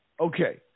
Okay